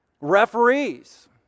referees